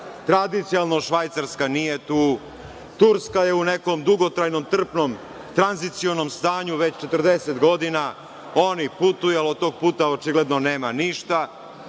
tradicijalno Švajcarska nije tu, Turska je u nekom dugotrajnom trpnom, tranzicionom stanju, već 40 godina, oni putuju, ali od tog puta očigledno nema ništa. Vidite